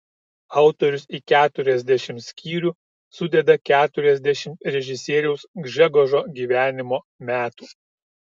autorius į keturiasdešimt skyrių sudeda keturiasdešimt režisieriaus gžegožo gyvenimo metų